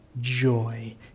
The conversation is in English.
joy